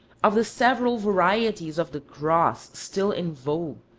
of the several varieties of the cross still in vogue,